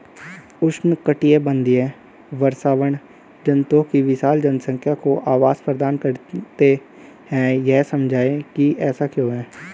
उष्णकटिबंधीय वर्षावन जंतुओं की विशाल जनसंख्या को आवास प्रदान करते हैं यह समझाइए कि ऐसा क्यों है?